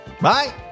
Bye